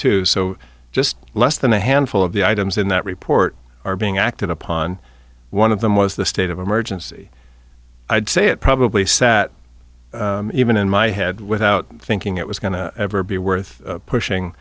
too so just less than a handful of the items in that report are being acted upon one of them was the state of emergency i'd say it probably sat even in my head without thinking it was going to ever be worth